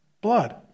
blood